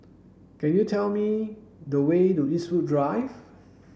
can you tell me the way to Eastwood Drive